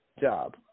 job